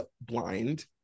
blind